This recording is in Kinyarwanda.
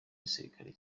gisirikare